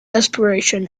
desperation